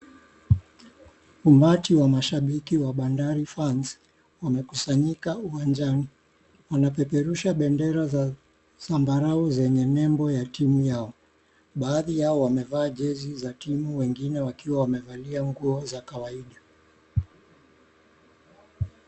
Umati wa mshabiki wa bandari [cp] fans [cp] wamekusanyika uwanjani. Wanapeperusha bendera za zambarau zenye nembo ya timu yao. Baadhi yao wamevaa jezi za timu na wengine wakiwa wamevalia nguo za kawaida.